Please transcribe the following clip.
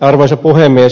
arvoisa puhemies